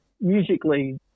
musically